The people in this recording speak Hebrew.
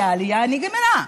כי העלייה נגמרה.